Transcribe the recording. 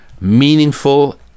meaningful